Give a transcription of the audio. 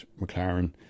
McLaren